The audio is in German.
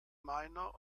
minor